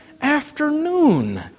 afternoon